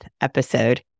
episode